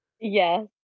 Yes